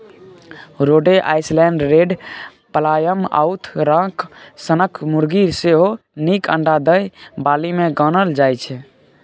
रोडे Island Red, Plymouth Rock सनक मुरगी सेहो नीक अंडा दय बालीमे गानल जाइ छै